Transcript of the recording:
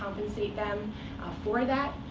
compensate them for that.